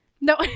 No